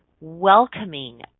welcoming